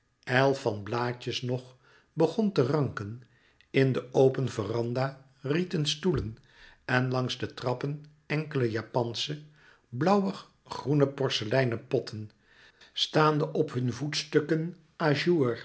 ijl van blaadjes nog begon te ranken in de open voor verandah rieten stoelen en langs de trappen enkele japansche blauwig groene porceleinen potten staande op hun voetstukken